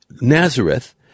Nazareth